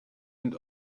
and